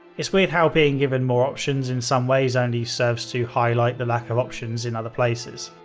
it's weird how being given more options in some ways, only serves to highlight the lack of options in other places.